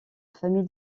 famille